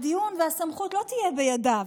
הדיון והסמכות לא יהיו בידיו,